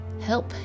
help